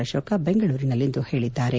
ಅಶೋಕ ಬೆಂಗಳೂರಿನಲ್ಲಿಂದು ಹೇಳಿದ್ದಾರೆ